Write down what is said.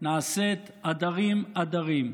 נעשית עדרים-עדרים.